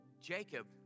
Jacob